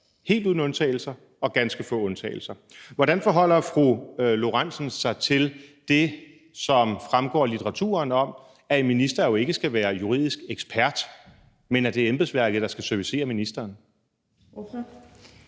»helt uden undtagelser« over for »ganske få undtagelser«. Hvordan forholder fru Karina Lorentzen Dehnhardt sig til det, som fremgår af litteraturen, om, at en minister jo ikke skal være juridisk ekspert, men at det er embedsværket, der skal servicere ministeren?